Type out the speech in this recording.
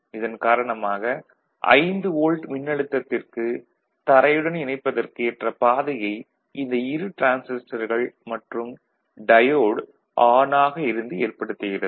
இதன் காரணமாக 5 வோல்ட் மின்னழுத்தத்திற்கு தரையுடன் இணைப்பதற்கு ஏற்ற பாதையை இந்த இரு டிரான்சிஸ்டர்கள் மற்றும் டயோடு ஆன் ஆக இருந்து ஏற்படுத்துகிறது